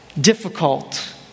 difficult